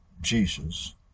Jesus